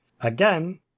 Again